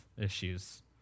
issues